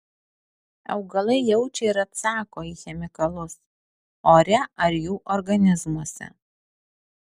augalai jaučia ir atsako į chemikalus ore ar jų organizmuose